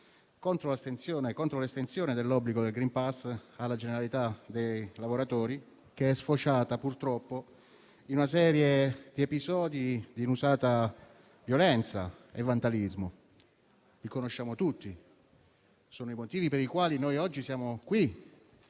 contro l'estensione dell'obbligo del *green pass* alla generalità dei lavoratori, che è sfociata purtroppo in una serie di episodi di inusata violenza e vandalismo, che conosciamo tutti. Sono i motivi per i quali noi oggi siamo qui